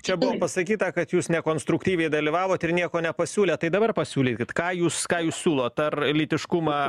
čia buvo pasakyta kad jūs nekonstruktyviai dalyvavot ir nieko nepasiūlėt tai dabar pasiūlykit ką jūs ką jūs siūlot ar lytiškumą